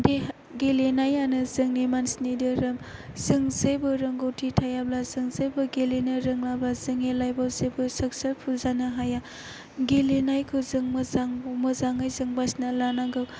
देहा गेलेनायानो जोंनि मानसिनि धोरोम जों जेबो रोंगौथि थायाब्ला जों जेबो गेलेनो रोङाबा जोंनि लाइफ आव जेबो साकसेसफुल जानो हाया गेलेनायखौ जों मोजां मोजाङै बासिना लानांगौ